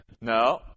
No